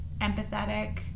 empathetic